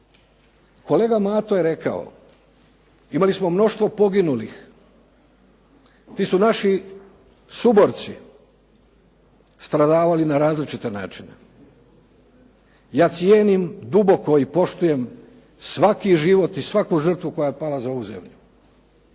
Kolega Mato je rekao, imali smo mnoštvo poginulih. Ti su naši suborci stradavali na različite načine. Ja cijenim duboko i poštujem svaki život i svaku žrtvu koja je pala za ovu zemlju.